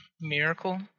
miracle